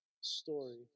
story